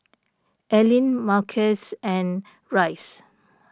Aline Marquez and Rice